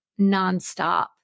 nonstop